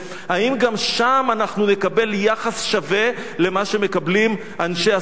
האם גם שם אנחנו נקבל יחס שווה למה שמקבלים אנשי השמאל?